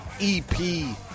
EP